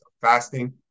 fasting